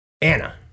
Anna